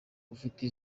ufite